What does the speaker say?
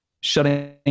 shutting